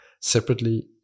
separately